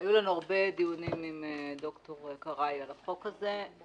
היו לנו הרבה דיונים עם ד"ר קראי על החוק הזה.